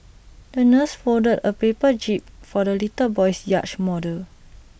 the nurse folded A paper jib for the little boy's yacht model